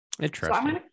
Interesting